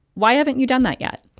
why haven't you done that yet?